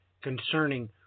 concerning